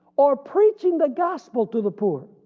or preaching the gospel to the poor.